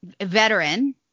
veteran